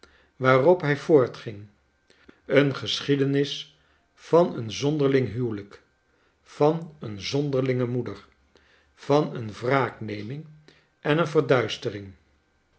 waarop hij voortging een geschiedenis van een zonderling huwelijk van een zonderlinge moeder van een wraakneming en een verduistering